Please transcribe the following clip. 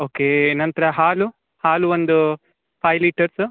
okay ನಂತರ ಹಾಲು ಹಾಲು ಒಂದು ಫೈವ್ ಲೀಟರ್ಸ್